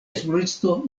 esploristo